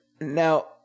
now